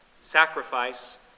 Sacrifice